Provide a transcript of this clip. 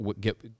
get